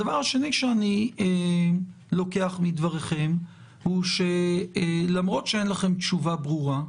הדבר השני שאני לוקח מדבריכם הוא שלמרות שאין להם תשובה ברורה,